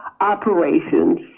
operations